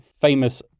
famous